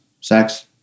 sex